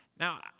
Now